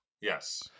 Yes